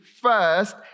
first